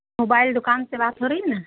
mobile دکان سے بات ہو رہی ہے نا